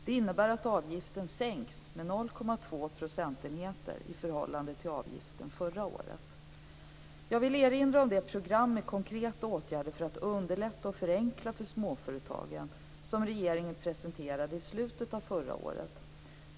Det innebär att avgiften sänks med Jag vill erinra om det program med konkreta åtgärder för att underlätta och förenkla för småföretagen som regeringen presenterade i slutet av förra året.